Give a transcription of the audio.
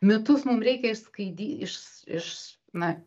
mitus mum reikia išskaidy išs išs na